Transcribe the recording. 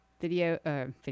video